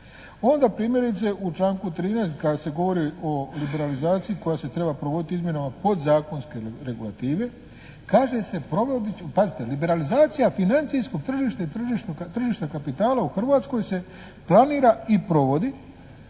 Onda primjerice u članku 13. kad se govori o liberalizaciji koja se treba provoditi izmjenama podzakonske regulative kaže se provodi, pazite liberalizacija financijskog tržišta i tržišta kapitala u Hrvatskoj se planira i provodi